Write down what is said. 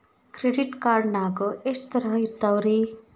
Credit card ನಾಗ ಎಷ್ಟು ತರಹ ಇರ್ತಾವ್ರಿ?